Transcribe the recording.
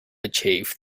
achieve